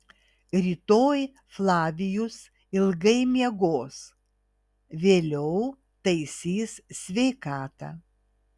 rytoj flavijus ilgai miegos vėliau taisys sveikatą